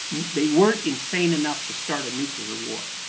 they weren't insane enough to start a nuclear war.